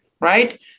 right